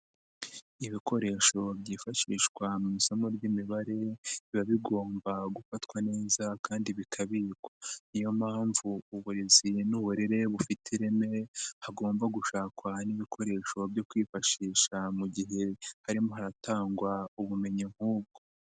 Ibikoresho byifashishwa mu isomo ry'Imibare biba bigomba gufatwa neza kandi bikabikwa niyo mpamvu uburezi n'uburere bufite ireme hagomba gushakwa n'ibikoresho byo kwifashisha mu gihe harimo haratangwa ubumenyi nk'ubwo.